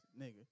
nigga